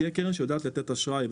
אלא תהיה קרן שיודעת לתת אשראי.